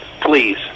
please